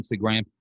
Instagram